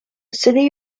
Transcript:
city